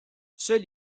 seul